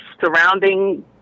surrounding